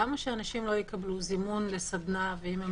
למה שאנשים לא יקבלו זימון לסדנה ואם הם